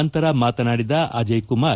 ನಂತರ ಮಾತನಾಡಿದ ಅಜಯ್ಕುಮಾರ್